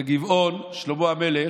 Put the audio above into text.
בגבעון, שלמה המלך,